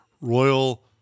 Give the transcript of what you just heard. Royal